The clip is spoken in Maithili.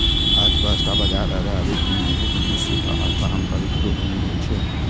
अर्थव्यवस्था बाजार आधारित, नियंत्रित, मिश्रित आ पारंपरिक रूप मे होइ छै